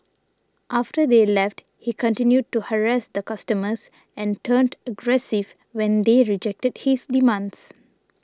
after they left he continued to harass the customers and turned aggressive when they rejected his demands